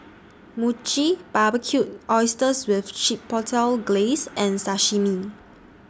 Mochi Barbecued Oysters with Chipotle Glaze and Sashimi